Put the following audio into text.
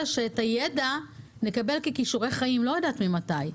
שאת הידע נקבל ככישורי חיים לא יודעת ממתי?